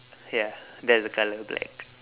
ya that's the the colour black